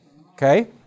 okay